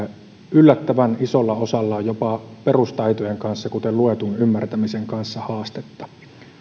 yllättävän isolla osalla on haastetta jopa perustaitojen kuten luetun ymmärtämisen kanssa